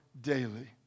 daily